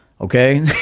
okay